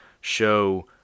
show